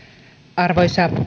arvoisa